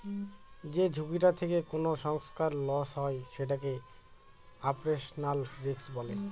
যে ঝুঁকিটা থেকে কোনো সংস্থার লস হয় সেটাকে অপারেশনাল রিস্ক বলে